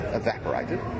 evaporated